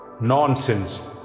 Nonsense